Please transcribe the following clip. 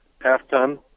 half-ton